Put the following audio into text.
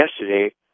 yesterday